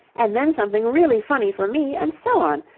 and then something really funny for me, and so on.